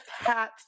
pat